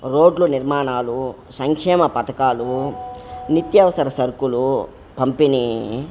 రోడ్లు నిర్మాణాలు సంక్షేమ పథకాలు నిత్యవసర సరుకులు పంపిణీ